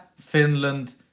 Finland